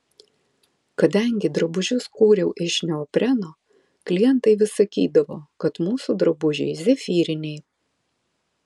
kadangi drabužius kūriau iš neopreno klientai vis sakydavo kad mūsų drabužiai zefyriniai